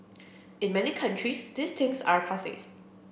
in many countries these things are passe